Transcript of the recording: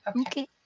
Okay